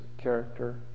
character